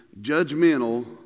judgmental